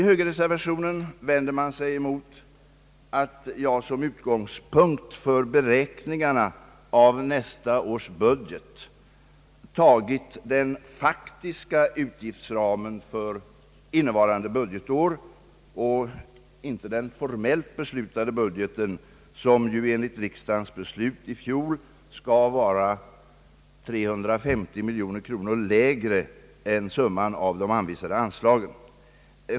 Högerreservanterna vänder sig mot att jag som utgångspunkt för beräkningarna av nästa års försvarsbudget har tagit den faktiska utgiftsramen för innevarande budgetår och inte den formellt fastställda budgeten, som ju enligt riksdagens beslut i fjol skall vara 350 miljoner lägre än summan av de anvisade anslagen.